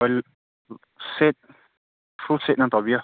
ꯍꯣꯏ set full ꯁꯦꯠꯅ ꯇꯧꯕꯤꯌꯣ